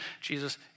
Jesus